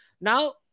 Now